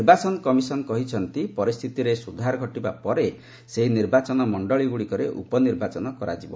ନିର୍ବାଚନ କମିଶନ କହିଛି ପରିସ୍ଥିତିରେ ସୁଧାର ଘଟିବା ପରେ ସେହି ନିର୍ବାଚନ ମଣ୍ଡଳୀଗୁଡ଼ିକରେ ଉପନିର୍ବାଚନ କରାଯିବ